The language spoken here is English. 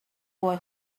boy